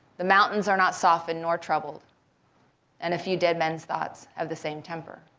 the mountains are not softened nor troubled and a few dead men's thoughts have the same temper.